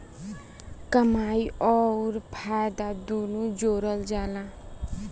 कमाई अउर फायदा दुनू जोड़ल जला